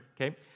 okay